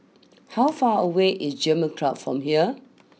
how far away is German Club from here